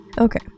Okay